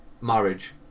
marriage